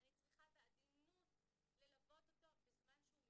אני צריכה בעדינות ללוות אותו בזמן שהוא משתולל.